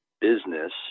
Business